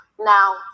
Now